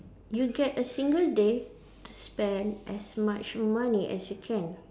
you get a single day to spend as much money as you can